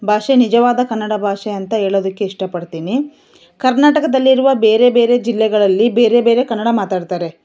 ಭಾಷೆ ನಿಜವಾದ ಕನ್ನಡ ಭಾಷೆ ಅಂತ ಹೇಳೋದಕ್ಕ್ ಇಷ್ಟಪಡ್ತೀನಿ ಕರ್ನಾಟಕದಲ್ಲಿರುವ ಬೇರೆ ಬೇರೆ ಜಿಲ್ಲೆಗಳಲ್ಲಿ ಬೇರೆ ಬೇರೆ ಕನ್ನಡ ಮಾತಾಡ್ತಾರೆ